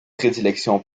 prédilection